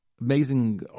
Amazing